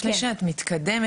אולי לפני שאת מתקדמת,